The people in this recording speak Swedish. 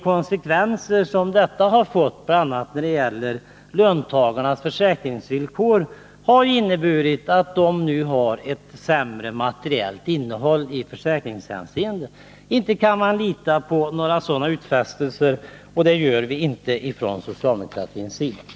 Konsekvensen av det är bl.a. att det materiella innehållet i löntagarnas försäkringsvillkor har blivit sämre. Inte kan man lita på några sådana utfästelser, och det gör vi inte heller från socialdemokratins sida.